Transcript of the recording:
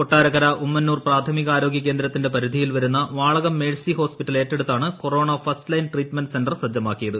കൊട്ടാരക്കര ഉമ്മന്നൂർ പ്രാഥമികാരോഗൃ കേന്ദ്രത്തിന്റെ പരിധിയിൽ വരുന്ന വാളകം മേഴ്സി ഹോസ്പിറ്റൽ ഏറ്റെടുത്താണ് corona first line treatment centre സജ്ജമാക്കിയത്